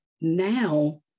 now